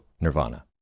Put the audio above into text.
nirvana